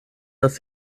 dass